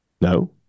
No